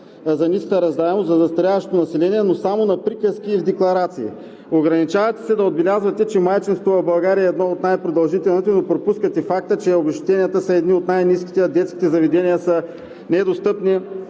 за ниската раждаемост, за застаряващото население, но само на приказки и с декларации. Ограничавате се да отбелязвате, че майчинството в България е едно от най-продължителното, но пропускате факта, че обезщетенията са едни от най-ниските, а детските заведения са недостъпни,